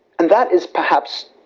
and that is, perhaps,